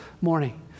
morning